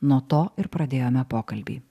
nuo to ir pradėjome pokalbį